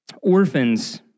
Orphans